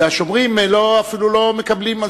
והשומרים אפילו לא מקבלים.